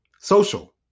social